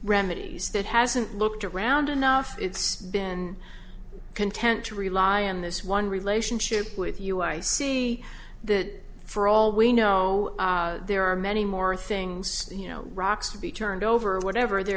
remedies that hasn't looked around enough it's been content to rely on this one relationship with you i see that for all we know there are many more things you know rocks to be turned over or whatever there